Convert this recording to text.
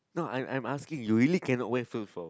no I'm I'm asking you really cannot wear flip flop